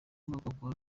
avuga